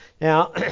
Now